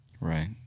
Right